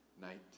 night